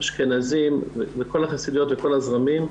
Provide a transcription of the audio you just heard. אשכנזים,